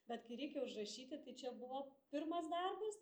bet kai reikia užrašyti tai čia buvo pirmas darbas